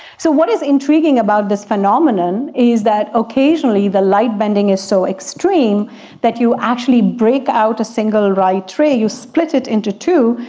so what is intriguing about this phenomenon is that occasionally the light bending is so extreme that you actually break out a single light ray, you split it into two,